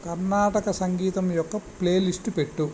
కర్ణాటక సంగీతం యొక్క ప్లేలిస్టు పెట్టు